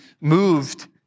moved